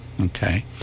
Okay